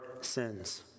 sins